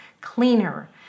cleaner